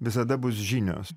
visada bus žinios